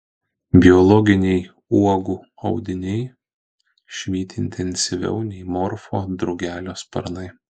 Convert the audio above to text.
biologiniai uogų audiniai švyti intensyviau nei morfo drugelio sparnai